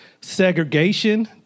Segregation